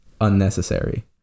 unnecessary